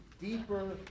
deeper